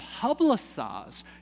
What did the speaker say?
publicize